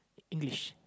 English